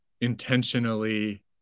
intentionally